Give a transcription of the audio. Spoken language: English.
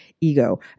ego